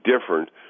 different